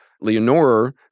Leonora